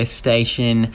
station